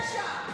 חפים מפשע.